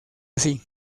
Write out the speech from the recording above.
así